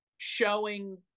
showing